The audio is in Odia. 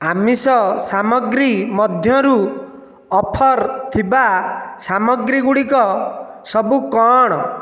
ଆମିଷ ସାମଗ୍ରୀ ମଧ୍ୟରୁ ଅଫର୍ ଥିବା ସାମଗ୍ରୀଗୁଡ଼ିକ ସବୁ କ'ଣ